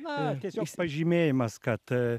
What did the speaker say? na tiesiog pažymėjimas kad